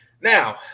Now